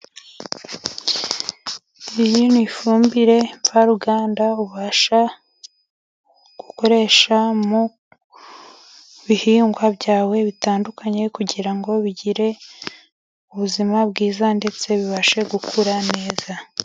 Iyi ni ifumbire mvaruganda, ubasha gukoresha mu bihingwa byawe bitandukanye, kugira ngo bigire ubuzima bwiza, ndetse bibashe gukura neza.